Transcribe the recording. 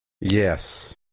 Yes